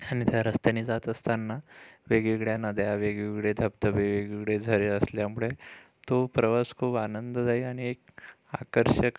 आणि त्या रस्त्याने जात असताना वेगवेगळ्या नद्या वेगवेगळे धबधबे वेगवेगळे झरे असल्यामुळे तो प्रवास खूप आनंददायी आणि एक आकर्षक